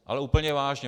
Ale úplně vážně.